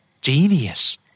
Genius